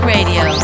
Radio